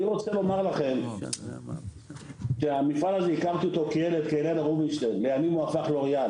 אני רוצה לומר לכם שהכרתי את המפעל הזה כילד עוד לפני שהוא הפך ללוריאל.